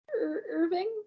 Irving